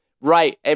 Right